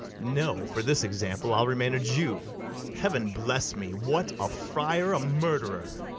no for this example i'll remain a jew heaven bless me! what, a friar a murderer!